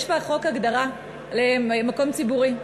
יש בחוק הגדרה של מקום ציבורי,